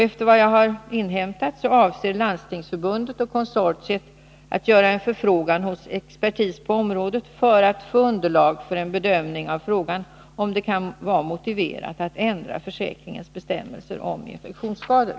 Enligt vad jag har inhämtat avser såväl Landstingsförbundet som försäkringskonsortiet att göra en förfrågan hos expertis på området för att få underlag för en bedömning av frågan om det kan vara motiverat att ändra försäkringens bestämmelser om infektionsskador.